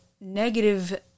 negative